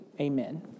Amen